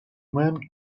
men